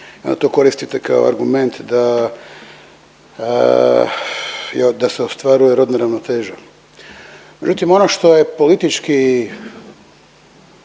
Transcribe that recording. To koristite kao argument da, da se ostvaruje rodna ravnoteža, međutim ono što je politički